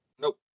Nope